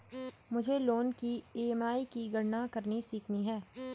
मुझे लोन की ई.एम.आई की गणना करनी सीखनी है